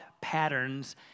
patterns